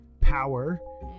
power